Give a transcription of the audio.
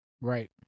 Right